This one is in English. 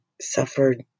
suffered